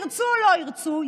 ירצו או לא ירצו,